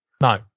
No